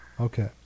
Okay